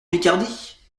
picardie